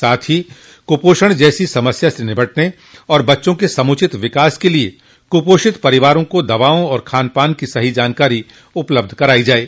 साथ ही कुपोषण जैसी समस्या से निपटने और बच्चों के समुचित विकास के लिये कुपोषित परिवारों को दवाओं और खान पान की सही जानकारी उपलब्ध कराई जाये